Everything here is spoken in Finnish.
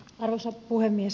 arvoisa puhemies